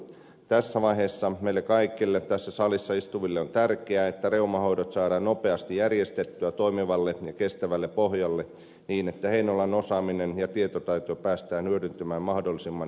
tässä vaiheessa meille kaikille tässä salissa istuville on tärkeää että reumahoidot saadaan nopeasti järjestettyä toimivalle ja kestävälle pohjalle niin että heinolan osaaminen ja tietotaito päästään hyödyntämään mahdollisimman hyvin